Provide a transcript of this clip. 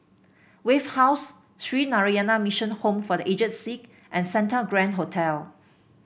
Wave House Sree Narayana Mission Home for The Aged Sick and Santa Grand Hotel